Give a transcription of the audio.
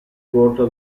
corta